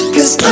Cause